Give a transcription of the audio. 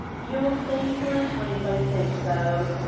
you'll save my time by saying so.